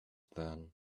then